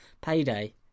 Payday